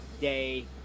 Day